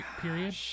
Period